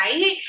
Right